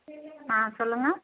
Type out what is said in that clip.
சொல்லுங்கள்